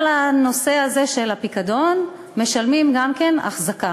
נוסף על הפיקדון משלמים גם אחזקה,